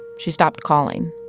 she stopped calling